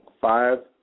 five